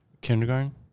Kindergarten